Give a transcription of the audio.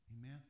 Amen